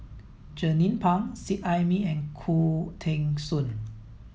Jernnine Pang Seet Ai Mee and Khoo Teng Soon